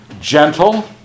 Gentle